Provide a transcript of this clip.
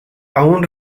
aún